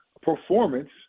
performance